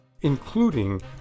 including